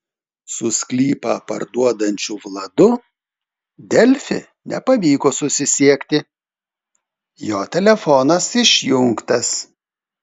su sklypą parduodančiu vladu delfi nepavyko susisiekti jo telefonas išjungtas